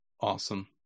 Awesome